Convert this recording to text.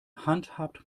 handhabt